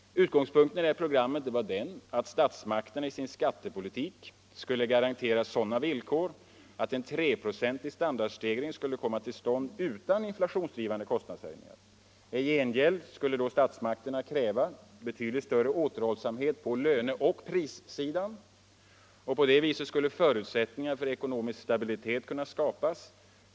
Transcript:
Utgångspunkten i det programmet var att statsmakterna i sin skattepolitik skulle garantera sådana villkor att en treprocentig standardstegring skulle komma till stånd utan inflationsdrivande kostnadshöjningar. I gengäld skulle statsmakterna då kräva betydligt större återhållsamhet på löne och prissidan. På det viset skulle förutsättningar för ekonomisk stabilitet kunna skapas.